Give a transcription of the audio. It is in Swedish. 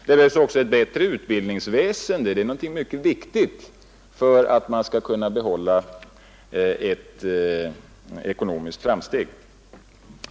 Det behövs också ett bättre utbildningsväsen — det är någonting mycket viktigt för de ekonomiska framstegen.